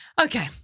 Okay